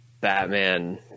Batman